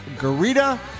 Garita